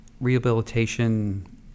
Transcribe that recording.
rehabilitation